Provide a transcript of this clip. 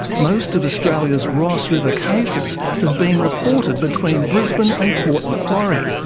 most of australia's ross river cases have been reported between brisbane and port macquarie.